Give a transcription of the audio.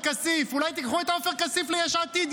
אולי תיקחו את עופר כסיף ליש עתיד,